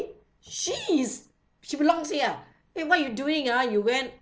she is she belongs here ah eh what you doing ah you went